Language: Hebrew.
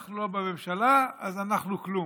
אנחנו לא בממשלה אז אנחנו כלום,